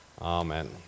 Amen